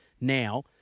now